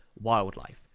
wildlife